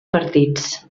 partits